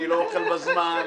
אני לא אוכל בזמן,